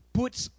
puts